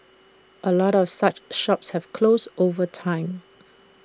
A lot of such shops have closed over time